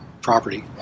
property